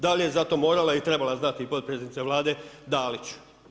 Da li je za to morala i trebala znati potpredsjednica Vlade Dalić?